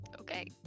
Okay